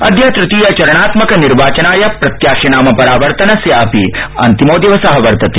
अदय तृतीय चरणात्मक निर्वाचनाय प्रत्याशिनाम परावर्तनस्य अपि अन्तिमो दिवस वर्तते